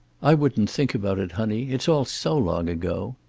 i wouldn't think about it, honey. it's all so long ago.